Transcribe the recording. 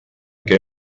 que